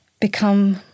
become